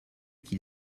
qu’il